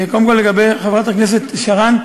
קודם כול לגבי חברת הכנסת שרָן,